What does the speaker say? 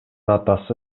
атасы